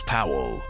Powell